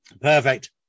Perfect